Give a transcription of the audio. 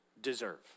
deserve